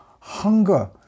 hunger